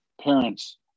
parents